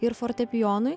ir fortepijonui